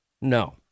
No